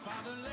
Father